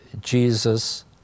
Jesus